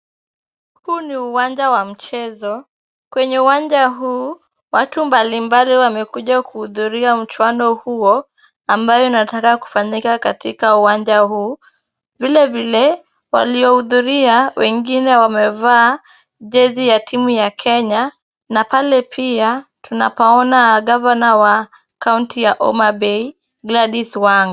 Huu ni uwanja wa mchezo. Kwenye uwanja huu watu mbali mbali wamekuja kuhudhuria mchuano huo ambayo inataka kufanyika katika uwanja huu. Vile vile waliohudhuria wengine wamevaa jezi ya timu ya Kenya na pale pia tunapaona gavana wa kaunti ya homabay Gladys Wanga.